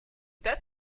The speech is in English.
that